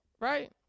Right